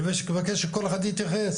אני מבקש שכל אחד יתייחס,